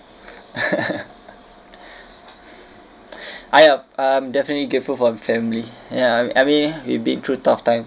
I I'm definitely grateful for the family ya I I mean we've been through tough time